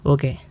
Okay